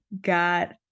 got